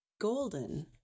Golden